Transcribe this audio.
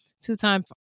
two-time